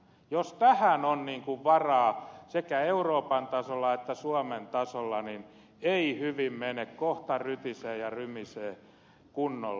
jos tähän on varaa sekä euroopan tasolla että suomen tasolla niin ei hyvin mene kohta rytisee ja rymisee kunnolla